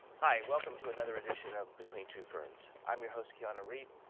hi, welcome to another edition of between two ferns. i'm your host, keanu reeve,